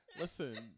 listen